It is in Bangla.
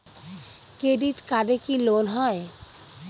ক্রেডিট কার্ডে কি লোন হয়?